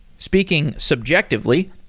speaking subjectively,